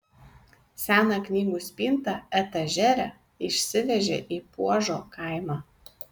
seną knygų spintą etažerę išsivežė į puožo kaimą